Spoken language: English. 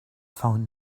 found